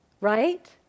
Right